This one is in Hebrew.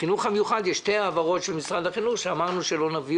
יש שתי העברות של משרד החינוך שאמרנו שלא נביא